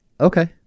Okay